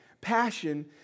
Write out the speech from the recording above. Passion